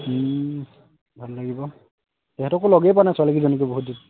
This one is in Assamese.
ভাল লাগিব সিহঁতকো লগেই পোৱা নাই ছোৱালীকেইজনীকো বহুত দিন